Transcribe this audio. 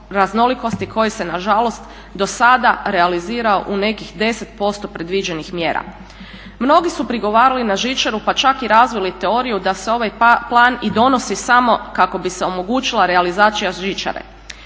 raznolikosti koje se na žalost do sada realizirao u nekih 10% predviđenih mjera. Mnogi su prigovarali na žičaru, pa čak i razvili teoriju da se ovaj plan i donosi samo kako bi se omogućila realizacija žičare.